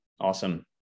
Awesome